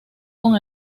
con